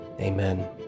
amen